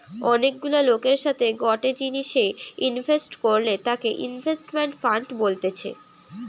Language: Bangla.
অনেক গুলা লোকের সাথে গটে জিনিসে ইনভেস্ট করলে তাকে ইনভেস্টমেন্ট ফান্ড বলতেছে